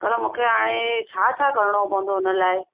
पर मूंखे हाणे छा छा करिणो पवंदो हुन लाइ